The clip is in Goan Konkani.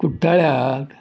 कुट्टाळे हात